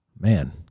Man